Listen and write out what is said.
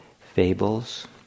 fables